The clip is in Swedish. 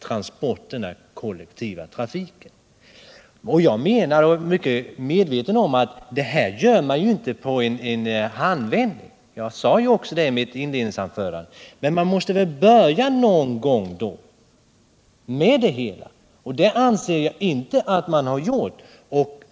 trafikplaneringen och övrig samhällsplanering. Jag är mycket medveten om att man inte kan åstadkomma detta i en handvändning. Det sade jag också i mitt inledningsanförande. Men man måste börja någon gång med det hela, och det anser jag att regeringen inte har gjort.